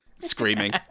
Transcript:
screaming